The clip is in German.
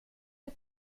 der